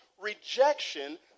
rejection